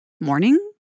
morning